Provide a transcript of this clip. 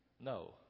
No